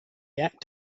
act